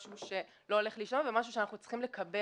משהו שלא הולך להשתנות ומשהו שאנחנו צריכים לקבל